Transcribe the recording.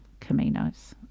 Caminos